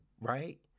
right